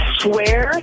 swear